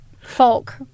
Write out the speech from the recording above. folk